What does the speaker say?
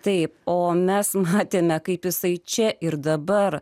tai o mes matėme kaip jisai čia ir dabar